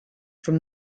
from